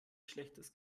schlechtes